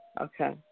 Okay